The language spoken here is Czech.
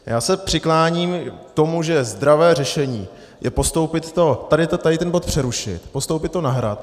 Já se přikláním k tomu, že zdravé řešení je postoupit to... ten bod přerušit, postoupit to na Hrad.